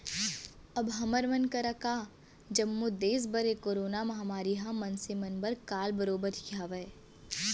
अब हमर मन करा का जम्मो देस बर ए करोना महामारी ह मनसे मन बर काल बरोबर ही हावय